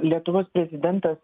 lietuvos prezidentas